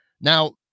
now